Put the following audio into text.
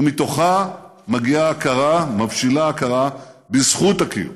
ומתוכה מגיעה ההכרה, מבשילה ההכרה, בזכות הקיום.